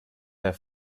their